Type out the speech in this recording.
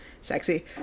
Sexy